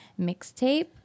mixtape